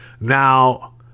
Now